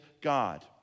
God